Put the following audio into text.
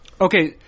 Okay